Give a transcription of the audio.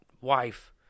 wife